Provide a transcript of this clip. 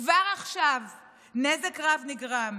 כבר עכשיו נזק רב נגרם.